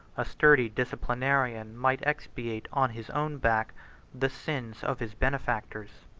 a sturdy disciplinarian might expiate on his own back the sins of his benefactors.